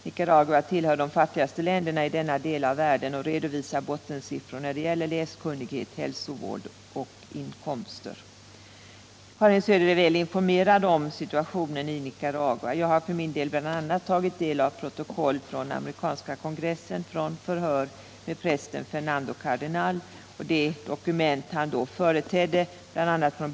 Nicaragua tillhör de fattigaste länderna i denna del av världen och redovisar bottensiffror när det gäller läskunnighet, hälsovård och inkomster. Karin Söder är väl informerad om situationen i Nicaragua. Jag har för min del bl.a. tagit del av protokoll från den amerikanska kongressen beträffande förhören med prästen Fernando Cardenal och av de dokument han då företedde, bl.a. från.